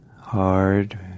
hard